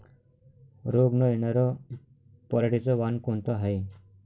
रोग न येनार पराटीचं वान कोनतं हाये?